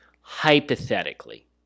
hypothetically